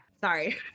Sorry